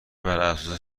براساس